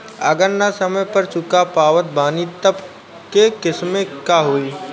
अगर ना समय पर चुका पावत बानी तब के केसमे का होई?